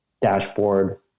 dashboard